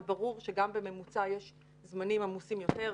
וברור שגם בממוצע יש זמנים עמוסים יותר.